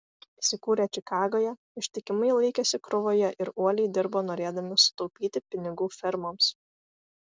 įsikūrę čikagoje ištikimai laikėsi krūvoje ir uoliai dirbo norėdami sutaupyti pinigų fermoms